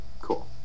cool